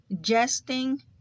jesting